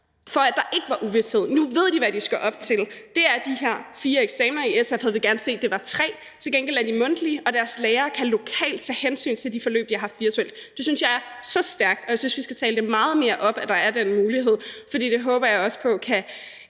for at der ikke skulle være uvished. Nu ved de, hvad de skal op til, og det er de her fire eksaminer, i SF havde vi gerne set, det var tre, til gengæld er de mundtlige, og deres lærere kan lokalt tage hensyn til de forløb, de har haft virtuelt. Det synes jeg er så stærkt, og jeg synes, vi skal tale det meget mere op, at der er den mulighed, for det håber jeg også på kan